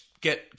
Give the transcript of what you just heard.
get